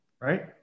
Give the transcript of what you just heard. right